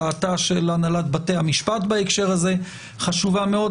דעתה של הנהלת בתי המשפט בהקשר הזה חשובה מאוד.